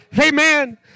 Amen